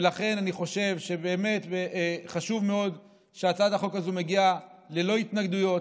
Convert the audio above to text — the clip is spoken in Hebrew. ולכן אני חושב שבאמת חשוב מאוד שהצעת החוק הזאת מגיעה ללא התנגדויות,